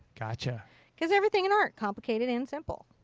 gotcha cause everything in art, complicated and simple.